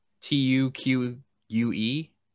T-U-Q-U-E